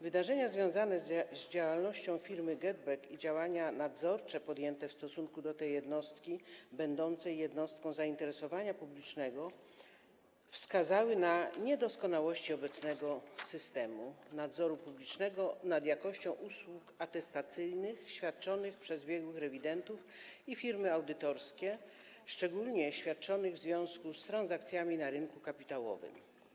Wydarzenia związane z działalnością firmy GetBack i działania nadzorcze podjęte w stosunku do tej jednostki będącej jednostką zainteresowania publicznego wskazały na niedoskonałości obecnego systemu nadzoru publicznego nad jakością usług atestacyjnych świadczonych przez biegłych rewidentów i firmy audytorskie, szczególnie świadczonych w związku z transakcjami na rynku kapitałowym.